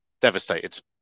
devastated